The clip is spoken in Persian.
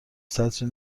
سطری